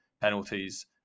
penalties